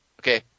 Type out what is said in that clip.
Okay